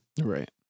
Right